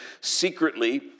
secretly